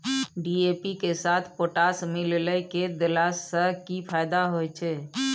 DAP के साथ potash मिललय के देला स की फायदा छैय?